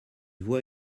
vois